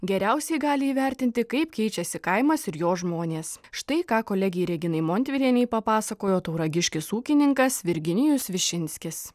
geriausiai gali įvertinti kaip keičiasi kaimas ir jo žmonės štai ką kolegei reginai montvilienei papasakojo tauragiškis ūkininkas virginijus višinskis